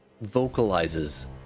vocalizes